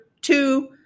two